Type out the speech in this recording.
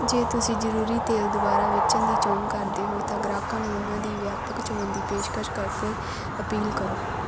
ਜੇ ਤੁਸੀਂ ਜ਼ਰੂਰੀ ਤੇਲ ਦੁਬਾਰਾ ਵੇਚਣ ਦੀ ਚੋਣ ਕਰਦੇ ਹੋ ਤਾਂ ਗ੍ਰਾਹਕਾਂ ਨੂੰ ਉਹਨਾਂ ਦੀ ਵਿਆਪਕ ਚੋਣ ਦੀ ਪੇਸ਼ਕਸ਼ ਕਰਕੇ ਅਪੀਲ ਕਰੋ